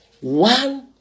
one